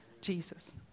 Jesus